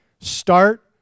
Start